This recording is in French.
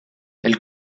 elle